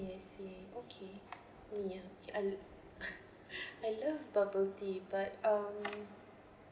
I see okay yeah me ah I love bubble tea but um